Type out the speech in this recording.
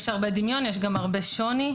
יש הרבה דמיון ויש גם הרבה שוני.